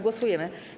Głosujemy.